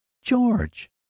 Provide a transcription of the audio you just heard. george!